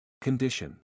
Condition